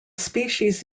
species